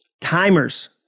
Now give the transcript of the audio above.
timers